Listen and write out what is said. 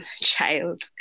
child